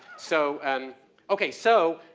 so and okay, so,